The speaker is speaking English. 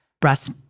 breast